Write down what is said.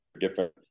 different